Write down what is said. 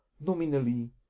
nominally